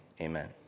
amen